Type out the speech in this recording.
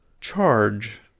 charge